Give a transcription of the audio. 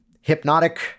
hypnotic